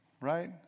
right